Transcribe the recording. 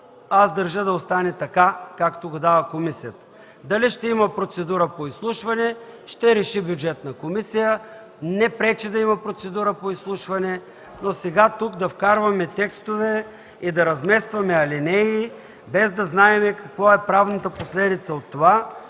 държа да остане така, както го дава комисията. Дали ще има процедура по изслушване, ще реши Бюджетна комисия. Не пречи да има такава процедура, но сега тук да вкарваме текстове, да разместваме алени, без да знаем каква е правната последица от това,